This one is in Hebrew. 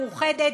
מאוחדת,